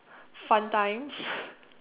fun times